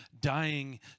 dying